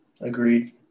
Agreed